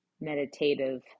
meditative